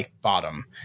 bottom